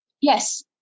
Yes